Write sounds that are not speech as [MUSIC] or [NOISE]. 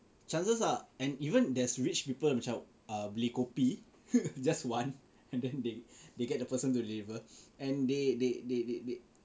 chances are and even there's rich people macam err beli kopi [LAUGHS] just one and then they they get the person to deliver and they they they they they